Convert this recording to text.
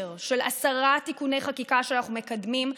של עשרה תיקוני חקיקה שאנחנו מקדמים,